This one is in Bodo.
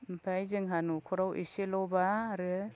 ओमफाय जोंहा नखराव एसेल'बा आरो